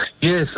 Yes